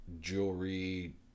jewelry